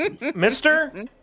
Mister